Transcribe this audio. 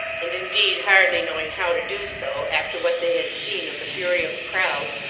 and indeed hardly knowing how to do so after what they had seen of the fury of the crowd,